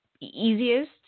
easiest